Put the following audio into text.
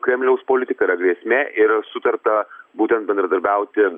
kremliaus politika yra grėsmė ir sutarta būtent bendradarbiauti